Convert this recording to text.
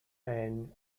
men